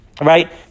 right